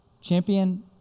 Champion